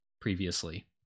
previously